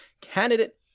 candidate